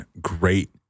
great